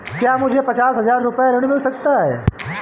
क्या मुझे पचास हजार रूपए ऋण मिल सकता है?